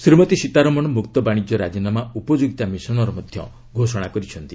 ଶ୍ରୀମତୀ ସୀତାରମଣ ମୁକ୍ତ ବାଣିଜ୍ୟ ରାଜିନାମା ଉପଯୋଗିତା ମିଶନ୍ର ମଧ୍ୟ ଘୋଷଣା କରିଛନ୍ତି